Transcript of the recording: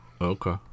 okay